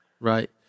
Right